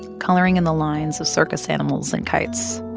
coloring in the lines of circus animals and kites